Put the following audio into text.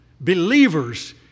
believers